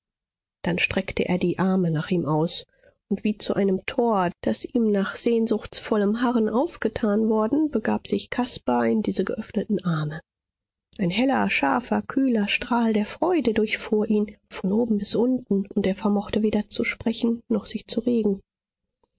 dann streckte er die arme nach ihm aus und wie zu einem tor das ihm nach sehnsuchtsvollem harren aufgetan worden begab sich caspar in diese geöffneten arme ein heller scharfer kühler strahl der freude durchfuhr ihn von oben bis unten und er vermochte weder zu sprechen noch sich zu regen